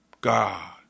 God